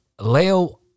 Leo